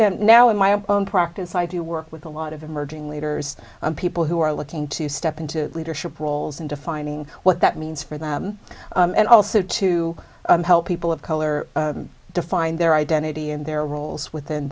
now in my own practice i do work with a lot of emerging leaders and people who are looking to step into leadership roles and defining what that means for them and also to help people of color define their identity and their roles within